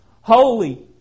holy